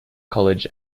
college